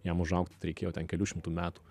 jam užaugt reikėjo ten kelių šimtų metų